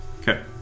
Okay